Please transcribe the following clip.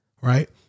Right